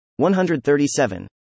137